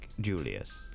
Julius